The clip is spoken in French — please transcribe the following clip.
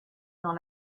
dans